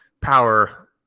power